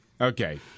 okay